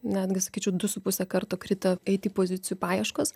netgi sakyčiau du su puse karto krito ai ty pozicijų paieškos